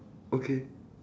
okay